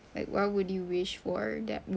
what would you wish for that would